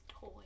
toy